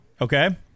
Okay